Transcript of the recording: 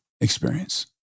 experience